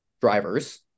drivers